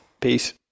Peace